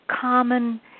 common